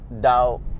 doubt